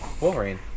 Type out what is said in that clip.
Wolverine